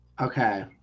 Okay